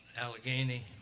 Allegheny